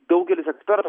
daugelis ekspertų